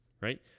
right